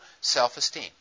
self-esteem